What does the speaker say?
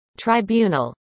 tribunal